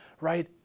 Right